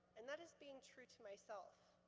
and that is being true to myself.